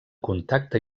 contacte